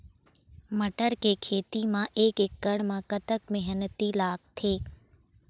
मटर के खेती म एक एकड़ म कतक मेहनती लागथे?